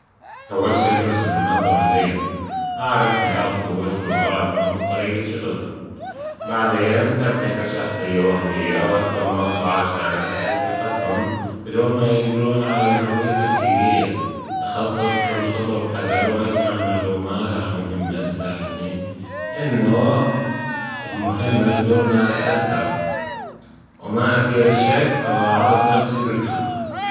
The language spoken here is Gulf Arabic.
أول شئ أدرس ألمنظمة زين أعرف نقاط جوتهم وضعفهم وطريقة شغلهم بعدين أبتكر شخصية وهمية واتجمصها علشان أكسب ثيقتهم بدون ما يدرون عن هويتى الحجيجية أخطط كل خطوة بحذر وأجمع معلومات عن مهمة تساعدنى أنة ألمهمة بدون ما أتأثر وما أثير ألشك أو أعرض نفسي للخطر